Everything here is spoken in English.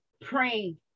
praying